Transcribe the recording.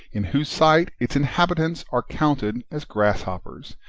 in whose sight its inhabitants are counted as grasshoppers,